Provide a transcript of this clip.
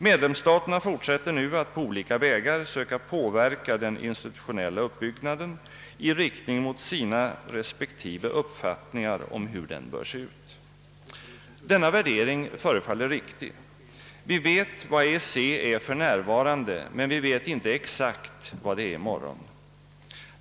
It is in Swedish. Medlemsstaterna fortsätter nu att på olika vägar söka påverka den institutionella uppbyggnaden i riktning mot sina respektive uppfattningar om hur den bör se ut.» Denna värdering förefaller riktig Vi vet vad EEC är för närvarande, men vi vet inte exakt vad det är i morgon.